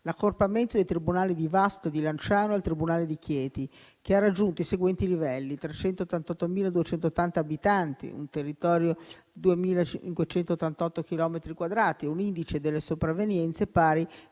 l'accorpamento dei tribunali di Vasto e di Lanciano al tribunale di Chieti, che ha raggiunto i seguenti livelli: 388.280 abitanti, un territorio di 2.588 chilometri quadrati e un indice delle sopravvenienze pari